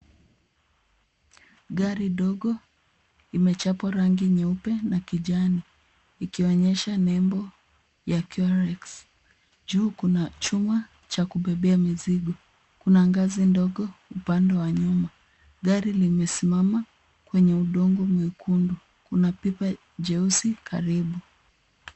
Gari dogo imechapwa rangi nyeupe na kijani ikionyesha nembo ya curex . Juu kuna chuma cha kubebea mizigo. Kuna ngazi ndogo upande wa nyuma. Gari limesimama kwenye udongo mwekundu. Kuna pipa jeusi karibu.